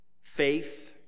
faith